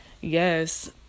yes